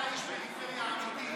אתה איש פריפריה אמיתי.